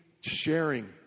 sharing